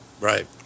Right